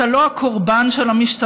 אתה לא הקורבן של המשטרה.